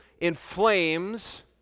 inflames